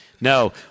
No